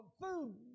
food